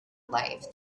lives